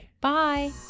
bye